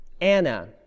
Anna